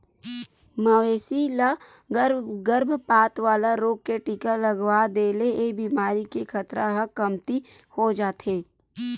मवेशी ल गरभपात वाला रोग के टीका लगवा दे ले ए बेमारी के खतरा ह कमती हो जाथे